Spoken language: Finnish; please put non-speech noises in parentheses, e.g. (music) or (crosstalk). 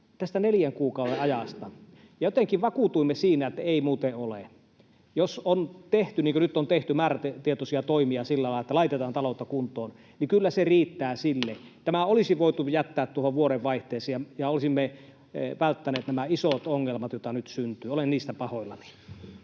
alijäämämenettelyyn. Jotenkin vakuutuimme siinä, että ei muuten ole. Jos on tehty, niin kuin nyt on tehty, määrätietoisia toimia sillä lailla, että laitetaan taloutta kuntoon, niin kyllä se riittää siihen. (noise) Tämä olisi voitu jättää tuohon vuodenvaihteeseen, ja olisimme välttäneet (noise) nämä isot ongelmat, joita nyt syntyy. Olen niistä pahoillani.